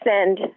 send